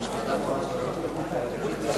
ממלא-מקום יושב-ראש ועדת החוץ והביטחון.